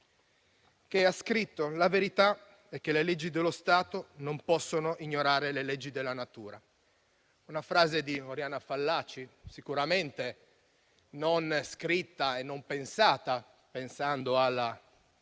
che ha scritto: la verità è che le leggi dello Stato non possono ignorare le leggi della natura. È una frase di Oriana Fallaci, sicuramente non scritta e non pensata in riferimento